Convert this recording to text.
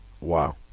Wow